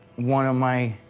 one of my